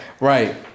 Right